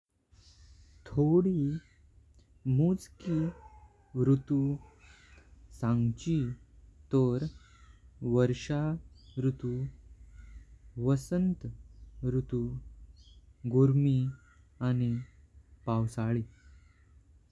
थोडी मजकी ऋतु सांगची तंर वर्षा ऋतु, वसंत ऋतु, गोरमी आनी पावसाळी।